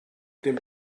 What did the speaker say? dem